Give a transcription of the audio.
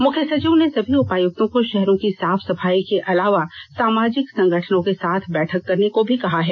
मुख्य सचिव ने सभी उपायक्तों को शहरों की साफ सफाई के अलावा सामाजिक संगठनों के साथ बैठक करने को भी कहा है